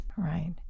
Right